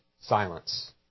silence